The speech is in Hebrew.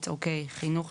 אז צריך להתייחס